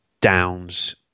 Downs